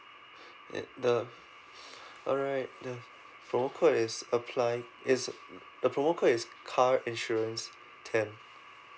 it the alright the promo code is apply is the promo code is car insurance ten